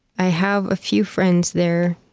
i have a few friends there,